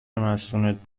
مستونت